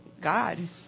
God